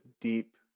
deep